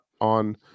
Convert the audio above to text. on